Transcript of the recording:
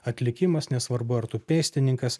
atlikimas nesvarbu ar tu pėstininkas